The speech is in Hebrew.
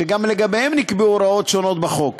שגם לגביהן נקבעו הוראות שונות בחוק.